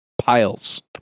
Piles